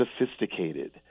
sophisticated